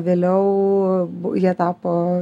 vėliau jie tapo